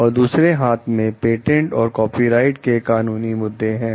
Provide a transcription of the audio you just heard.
और दूसरे हाथ में पेटेंट और कॉपीराइट के कानूनी मुद्दे हैं